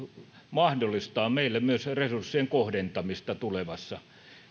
mahdollistaa meille myös resurssien kohdentamista tulevaisuudessa